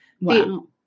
Wow